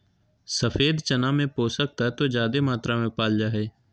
सफ़ेद चना में पोषक तत्व ज्यादे मात्रा में पाल जा हइ